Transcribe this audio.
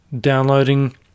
downloading